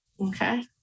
Okay